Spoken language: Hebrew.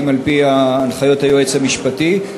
כי אם על-פי ההנחיות היועץ המשפטי,